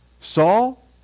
Saul